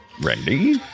Randy